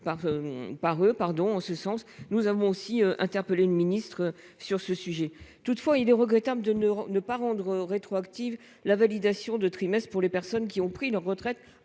par ces personnes, et nous avons aussi interpellé le ministre à ce sujet. Toutefois, il est regrettable de ne pas rendre rétroactive la validation de trimestres pour les personnes qui ont pris leur retraite